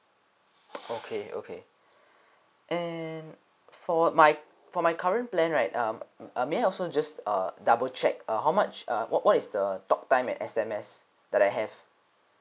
okay okay and for my for my current plan right err uh may I also just err double check uh how much uh what what is the talk time and S_M_S that I have